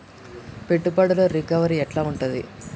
పెట్టుబడుల రికవరీ ఎట్ల ఉంటది?